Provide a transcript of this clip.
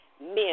Men